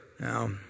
Now